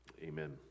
amen